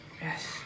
Yes